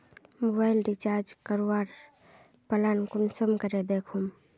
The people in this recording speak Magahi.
मोबाईल रिचार्ज करवार प्लान कुंसम करे दखुम?